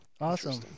Awesome